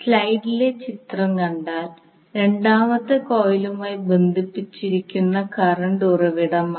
സ്ലൈഡിലെ ചിത്രം കണ്ടാൽ രണ്ടാമത്തെ കോയിലുമായി ബന്ധിപ്പിച്ചിരിക്കുന്ന കറണ്ട് ഉറവിടമാണ്